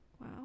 Wow